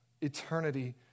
eternity